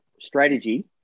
strategy